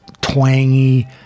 twangy